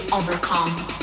overcome